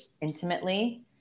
intimately